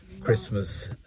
Christmas